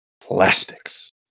Plastics